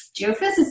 geophysicists